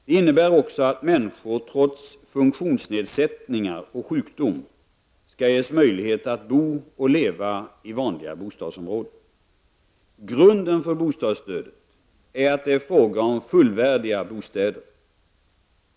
Det innebär också att människor, trots funktionsnedsättningnar och sjukdom, skall ges möjlighet att bo och leva i vanliga bostadsområden. Grunden för bostadsstödet är att det är fråga om fullvärdiga bostäder.